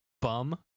bum